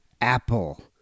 Apple